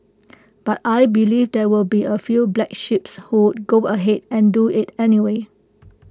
but I believe there will be A few black sheeps who would go ahead and do IT anyway